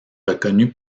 reconnue